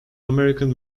american